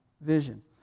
vision